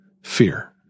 fear